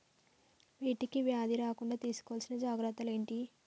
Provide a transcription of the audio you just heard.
వీటికి వ్యాధి రాకుండా తీసుకోవాల్సిన జాగ్రత్తలు ఏంటియి?